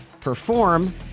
Perform